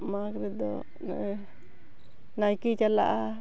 ᱢᱟᱜᱽ ᱨᱮᱫᱚ ᱱᱮᱜᱼᱮ ᱱᱟᱭᱠᱮᱭ ᱪᱟᱞᱟᱜᱼᱟᱭ